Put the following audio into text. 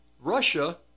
Russia